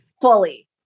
fully